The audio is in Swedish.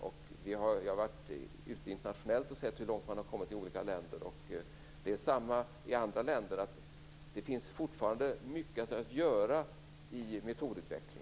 Jag har varit ute internationellt och sett hur långt man har kommit i olika länder, och det är samma sak i andra länder. Det finns fortfarande mycket att göra i fråga om metodutveckling.